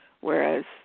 whereas